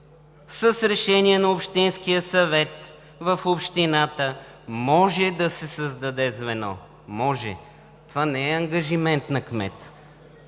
„С решение на общинския съвет в общината може да се създаде звено“. Може – това не е ангажимент на кмета,